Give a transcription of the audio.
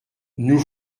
nous